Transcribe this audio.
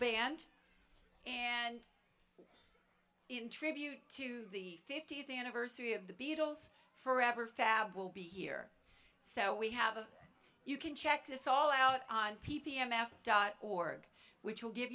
band and in tribute to the fiftieth anniversary of the beatles forever fab will be here so we have you can check this all out on p p m apple dot org which will give